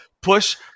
push